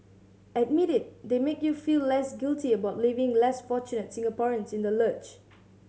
admit it they make you feel less guilty about leaving less fortunate Singaporeans in the lurch